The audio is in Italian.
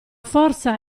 forza